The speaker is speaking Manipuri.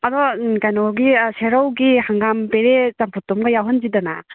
ꯑꯗꯣ ꯀꯩꯅꯣꯒꯤ ꯁꯦꯔꯧꯒꯤ ꯍꯪꯒꯥꯝ ꯄꯦꯔꯦ ꯆꯝꯐꯨꯠꯇꯨꯝꯒ ꯌꯥꯎꯍꯟꯁꯤꯗꯅ